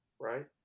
right